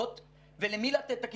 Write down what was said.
קצבאות ולמי לתת את הקצבאות?